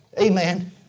Amen